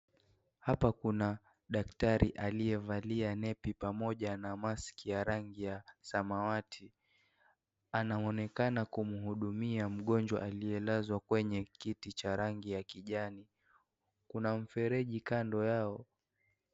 Hapa kuna daktari aliyevalia nepi pamoja na maski ya rangi ya samawati. Anaonekana kumuhudumia mgonjwa aliyelaza kwenye kiti cha rangi ya kijani. Kuna mfereji kando yao.